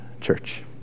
church